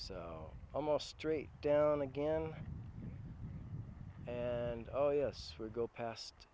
l almost straight down again and oh yes we're go past